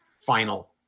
final